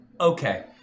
Okay